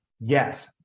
Yes